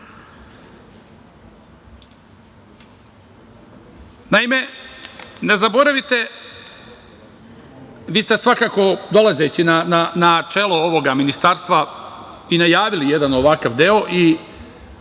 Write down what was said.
naroda. Naime, ne zaboravite, vi ste svakako dolazeći na čelo ovog ministarstva i najavili jedan ovakav deo i